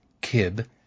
Kib